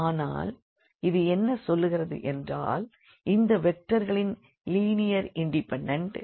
ஆனால் இது என்ன சொல்லுகிறதென்றால் இந்த வெக்டர்களின் லினியர்லி இண்டிபெண்டண்ட்